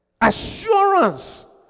Assurance